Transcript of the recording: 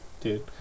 dude